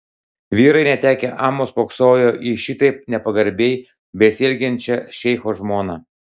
vyrai netekę amo spoksojo į šitaip nepagarbiai besielgiančią šeicho žmoną